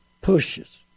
pushes